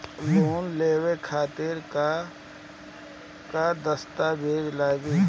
Loan लेवे खातिर का का दस्तावेज लागी?